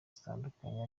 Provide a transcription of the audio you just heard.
zitandukanye